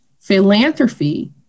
philanthropy